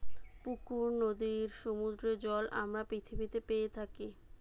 পুকুর, নদীর, সমুদ্রের জল আমরা পৃথিবীতে পেয়ে থাকি